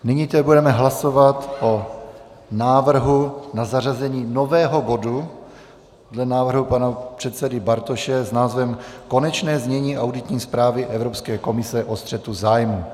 Nyní tedy budeme hlasovat o návrhu na zařazení nového bodu dle návrhu pana předsedy Bartoše s názvem Konečné znění auditní zprávy Evropské komise o střetu zájmů.